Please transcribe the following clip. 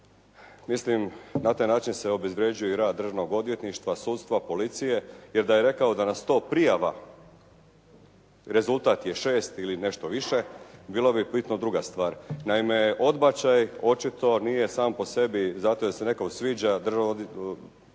Mislim, na taj način se obezvređuje i rad državnog odvjetništva, sudstva, policije, jer da je rekao da na 100 prijava rezultat je 6 ili nešto više bilo bi bitno druga stvar. Naime, odbačaj očito nije sam po sebi zato jer se državnom odvjetništvu